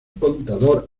contador